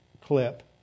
clip